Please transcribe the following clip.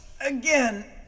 Again